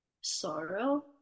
sorrow